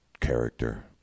character